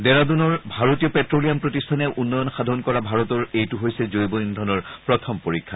দেহৰাডুনৰ ভাৰতীয় প্টেলিয়াম প্ৰতিষ্ঠানে উন্নয়ন সাধন কৰা ভাৰতৰ এইটো হৈছে জৈৱ ইন্ধনৰ প্ৰথম পৰীক্ষা